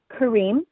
Kareem